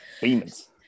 demons